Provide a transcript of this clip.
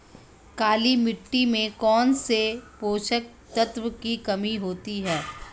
काली मिट्टी में कौनसे पोषक तत्वों की कमी होती है?